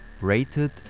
rated